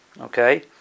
Okay